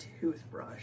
toothbrush